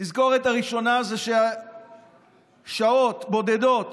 התזכורת הראשונה היא ששעות בודדות